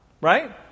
right